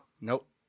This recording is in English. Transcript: Nope